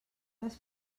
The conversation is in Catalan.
les